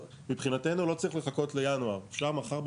מבחינתנו לא צריך לחכות לינואר, אפשר מחר בבוקר.